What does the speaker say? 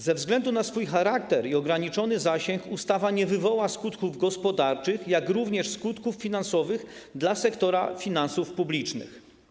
Ze względu na swój charakter i ograniczony zasięg ustawa nie wywoła skutków gospodarczych, jak również skutków finansowych dla sektora finansów publicznych.